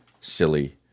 silly